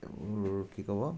আৰু কি ক'ব